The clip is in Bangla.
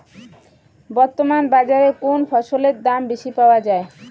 বর্তমান বাজারে কোন ফসলের দাম বেশি পাওয়া য়ায়?